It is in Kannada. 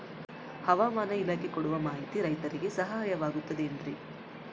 ಹವಮಾನ ಇಲಾಖೆ ಕೊಡುವ ಮಾಹಿತಿ ರೈತರಿಗೆ ಸಹಾಯವಾಗುತ್ತದೆ ಏನ್ರಿ?